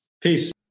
Peace